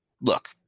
look